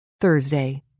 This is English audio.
Thursday